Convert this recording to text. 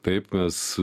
taip mes